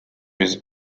his